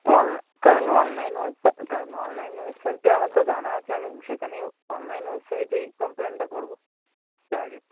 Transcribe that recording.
হ্যাঁ অন কারণ online website কারণ অনলাইন ওয়েবসাইটে আমার তো জানা আছে আমি সেখানেই অনলাইন ওয়েবসাইটেই কমপ্লেনটা করবো ডায়রেক্ট